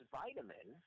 vitamin